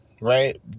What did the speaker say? right